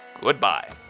Goodbye